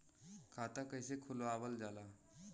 खाता कइसे खुलावल जाला?